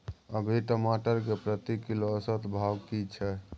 अभी टमाटर के प्रति किलो औसत भाव की छै?